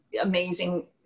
amazing